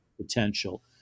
potential